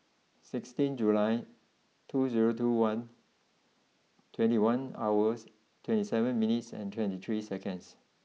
sixteen July two zero two one twenty one hours twenty seven minutes and twenty three seconds